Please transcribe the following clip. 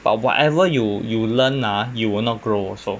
but whatever you you learn ah you will not grow also